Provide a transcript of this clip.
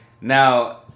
now